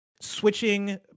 switching